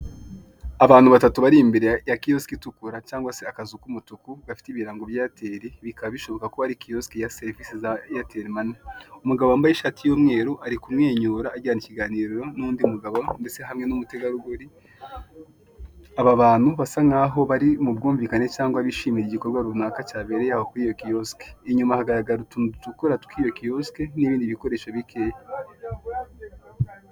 Abantu batatu bari imbere ya kiyosike itukura cyangwa se akazu k'umutuku gafite ibirango bya "airtel" bikaba bishoboka ko ari kiyosike ya serivise za "airtel mani", umugabo wambaye ishati y'umweru ari kumwenyura agirana ikiganiro n'undi mugabo ndetse hamwe n'umutegarugori, aba bantu basa nkaho bari mu bwumvikane cyangwa bishimira igikorwa runaka cyabereye aho kuri iyo kiyosike, inyuma hagaragara utuntu dutukura tw'iyo kiyosike n'ibindi bikoresho bikeya.